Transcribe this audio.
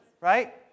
right